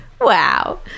Wow